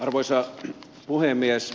arvoisa puhemies